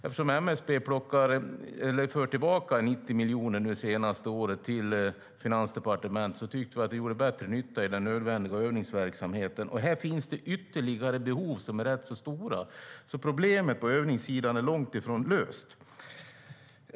Eftersom MSB förde tillbaka 90 miljoner till Finansdepartementet det senaste året, tyckte vi att pengarna gjorde bättre nytta i den nödvändiga övningsverksamheten. Och här finns ytterligare behov som är rätt stora, så problemet på övningssidan är långtifrån löst.